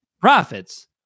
profits